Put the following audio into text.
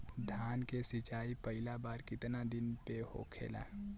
धान के सिचाई पहिला बार कितना दिन पे होखेला?